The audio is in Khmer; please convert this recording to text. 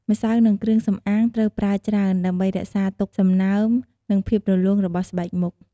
ម្សៅនិងគ្រឿងសំអាងត្រូវប្រើច្រើន ដើម្បីរក្សាទុកសំណើម និងភាពរលោងរបស់ស្បែកមុខ។